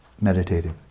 meditative